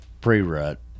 pre-rut